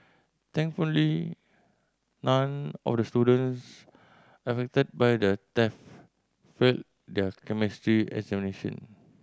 thankfully none of the students affected by the theft failed their Chemistry examination